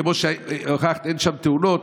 כמו שאמרת, אין שם תאונות,